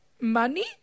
Money